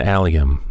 Allium